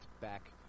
back